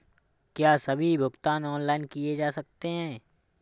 क्या सभी भुगतान ऑनलाइन किए जा सकते हैं?